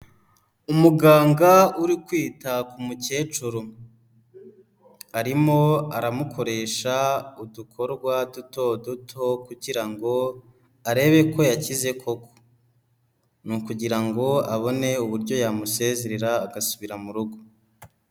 Umuganga uri kwita ku mukecuru, arimo aramukoresha udukorwa duto duto kugira ngo arebe ko yakize koko, ni ukugira ngo abone uburyo yamusezerera agasubira mu rugo.